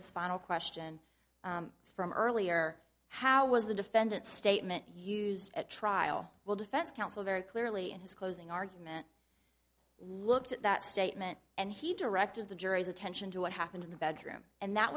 's final question from earlier how was the defendant statement used at trial will defense counsel very clearly in his closing argument looked at that statement and he directed the jury's attention to what happened in the bedroom and that